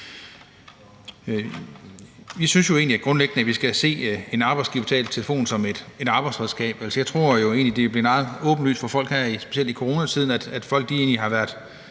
Vi synes jo egentlig grundlæggende, at vi skal se en arbejdsgiverbetalt telefon som et arbejdsredskab. Altså, jeg tror egentlig, at det er blevet meget åbenlyst for folk specielt her i coronatiden, at det har været